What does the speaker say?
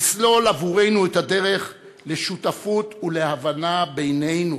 לסלול עבורנו את הדרך לשותפות ולהבנה בינינו,